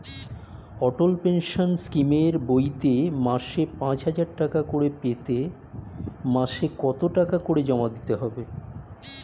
অটল pension স্কিমের বইতে মাসে পাঁচ হাজার টাকা করে পেতে মাসে কত টাকা করে জমা দিতে হবে?